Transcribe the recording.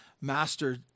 master